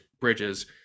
bridges